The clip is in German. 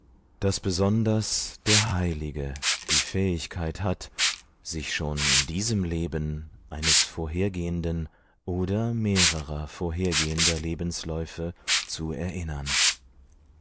daß besonders der heilige die fähigkeit hat sich schon in diesem leben eines vorhergehenden oder mehrerer vorhergehender lebensläufe zu erinnern